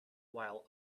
while